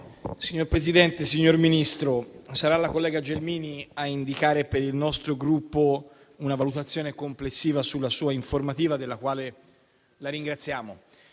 Signor Presidente, signor Ministro, sarà la collega Gelmini a indicare, per il nostro Gruppo, una valutazione complessiva sulla sua informativa, della quale la ringraziamo.